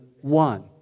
one